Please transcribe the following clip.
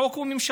החוק הוא ממשלתי.